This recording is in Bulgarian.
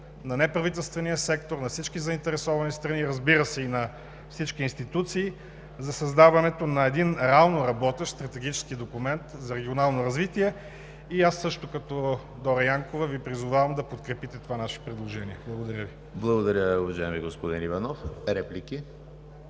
на неправителствения сектор, на всички заинтересовани страни, разбира се, и на всички институции, за създаването на един реално работещ стратегически документ за регионално развитие. Аз, също като Дора Янкова, Ви призовавам да подкрепите това наше предложение. Благодаря Ви. ПРЕДСЕДАТЕЛ ЕМИЛ ХРИСТОВ: Благодаря, уважаеми господин Иванов. Реплики?